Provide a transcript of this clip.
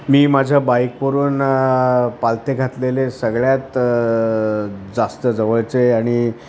मी माझ्या बाईकवरून पालथे घातलेले सगळ्यात जास्त जवळचे आणि